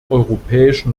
europäischen